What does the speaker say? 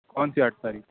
کون سی آٹھ تاریخ